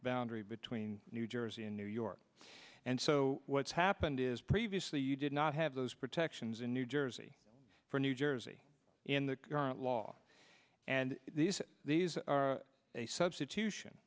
boundary between new jersey and new york and so what's happened is previously you did not have those protections in new jersey for new jersey in the current law and these are a substitution